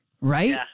Right